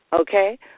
Okay